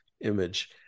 image